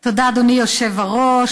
תודה, היושב-ראש.